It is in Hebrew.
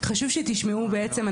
חשוב שתשמעו בעצם,